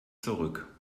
zurück